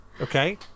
Okay